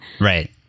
Right